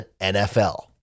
NFL